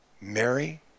Mary